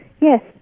yes